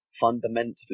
fundamentally